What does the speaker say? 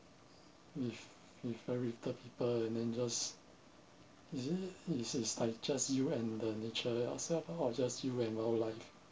with with a little people and then just is it it is like just you and the nature yourselves ah or just you and wildlife